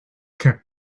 kept